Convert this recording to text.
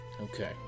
Okay